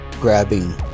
grabbing